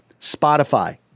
Spotify